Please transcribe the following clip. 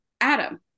Adam